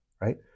right